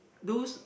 those